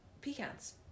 pecans